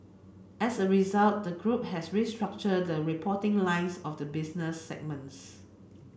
as a result the group has restructured the reporting lines of the business segments